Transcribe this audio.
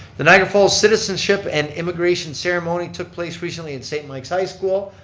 the niagara falls citizenship and immigration ceremony took place recently in saint mike's high school.